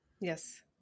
Yes